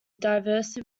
diverse